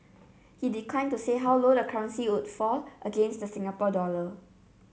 he declined to say how low the currency would fall against the Singapore dollar